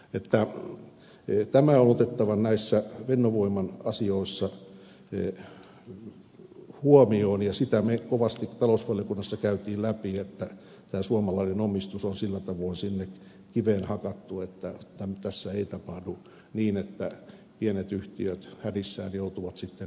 tämä on otettava näissä fennovoiman asioissa huomioon ja sitä me kovasti talousvaliokunnassa kävimme läpi että suomalainen omistus on sillä tavoin sinne kiveen hakattu että tässä ei tapahdu niin että pienet yhtiöt hädissään joutuvat sitten e